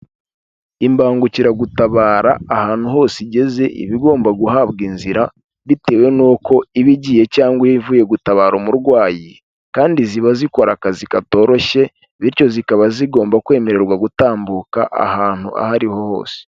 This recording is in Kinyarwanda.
Imbangukiragutabara ahantu hose igeze, iba igomba guhabwa inzira bitewe n'uko iba igiye cyangwa ivuye gutabara umurwayi kandi ziba zikora akazi katoroshye bityo zikaba zigomba kwemererwa gutambuka ahantu aho ariho hose.